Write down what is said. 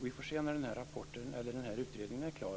Vi får se om vi också är överens när utredningen är klar.